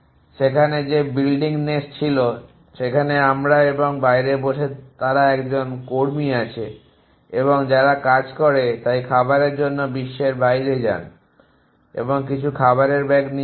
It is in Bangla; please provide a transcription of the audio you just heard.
সেখানে যে বিল্ডিং নেস্ট ছিল সেখানে আমরা এবং বাইরে বসে তারা একজন কর্মী আছে এবং যারা কাজ করে তাই খাবারের জন্য বিশ্বের বাইরে যান এবং কিছু খাবারের ব্যাগ নিয়ে আসি